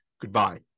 Goodbye